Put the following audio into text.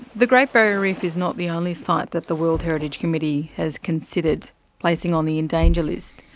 the great barrier reef is not the only site that the world heritage committee has considered placing on the in danger list.